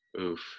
Oof